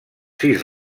sis